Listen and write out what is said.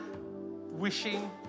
wishing